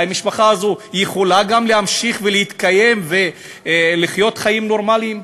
האם המשפחה הזאת יכולה להמשיך להתקיים ולחיות חיים נורמליים,